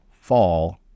fall